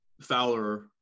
fowler